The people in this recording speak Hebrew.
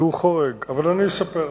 אבל אני אספר,